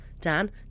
Dan